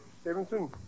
Stevenson